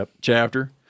chapter